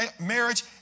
marriage